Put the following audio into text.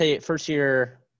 first-year